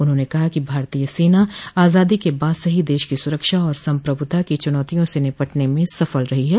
उन्होंने कहा कि भारतीय सेना आजादी के बाद से ही देश की सुरक्षा और सम्प्रभुता की चुनौतियों से निपटने में सफल रही है